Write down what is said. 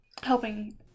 helping